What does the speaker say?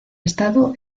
estado